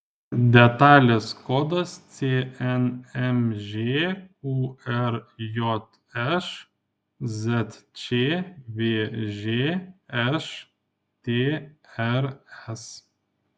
detalės kodas cnmž qrjš zčvž štrs